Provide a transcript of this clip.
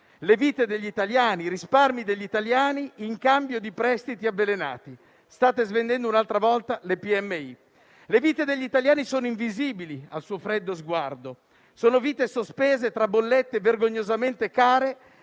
Le vite degli italiani, i risparmi degli italiani, in cambio di prestiti avvelenati. State svendendo un'altra volta le piccole e medie imprese. Le vite degli italiani sono invisibili al suo freddo sguardo. Sono vite sospese tra bollette vergognosamente care